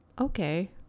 Okay